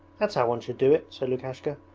that's how one should do it said lukashka,